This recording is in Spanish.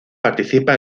participa